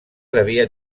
devia